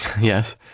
Yes